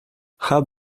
have